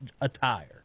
attire